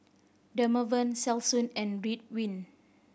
Dermaveen Selsun and Ridwind